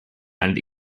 and